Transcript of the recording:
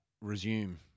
resume